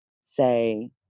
say